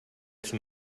zum